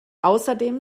außerdem